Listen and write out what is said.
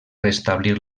restablir